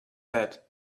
that